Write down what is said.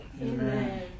Amen